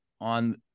on